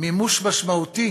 מימוש משמעותי